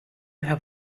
have